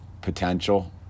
potential